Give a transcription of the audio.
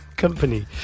Company